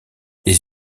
les